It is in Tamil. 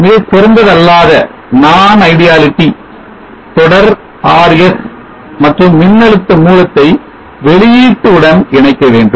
மிகச்சிறந்ததல்லாத தொடர் Rs மற்றும் மின்னழுத்த மூலத்தை வெளியீடு உடன் இணைக்க வேண்டும்